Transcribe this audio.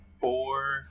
Four